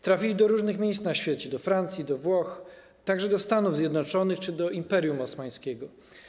Trafili do różnych miejsc na świecie: do Francji, do Włoch, także do Stanów Zjednoczonych czy do Imperium Osmańskiego.